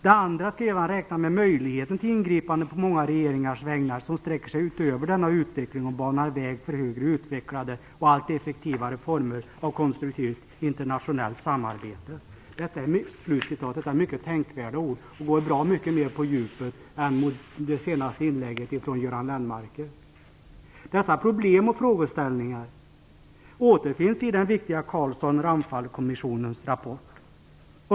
Det andra räknar med möjligheten till ingripande på många regeringars vägnar, som sträcker sig utöver denna utveckling och banar väg för högre utvecklade och allt effektivare former av konstruktivt internationellt samarbete". Detta är mycket tänkvärda ord, och de går bra mycket mer på djupet än det senaste inlägget från Göran Lennmarker. Dessa problem och frågeställningar återfinns i den viktiga Carlsson-Ramphalkommissionens rapport.